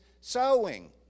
sowing